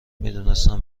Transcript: میدونستم